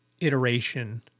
iteration